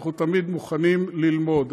אנחנו תמיד מוכנים ללמוד,